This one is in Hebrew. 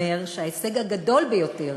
אומר שההישג הגדול ביותר